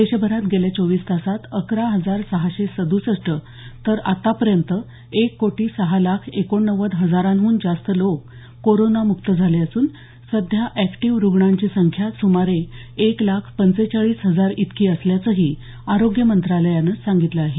देशभरात गेल्या चोवीस तासात अकरा हजार सहाशे सद्सष्ट तर आतापर्यँत एक कोटी सहा लाख एकोणनव्वद हजारांहून जास्त लोक कोरोनामुक्त झाले असून सध्या अॅक्टीव्ह रुग्णांची संख्या सुमारे एक लाख पंचेचाळीस हजार इतकी असल्याचंही आरोग्य मंत्रालयानं सांगितलं आहे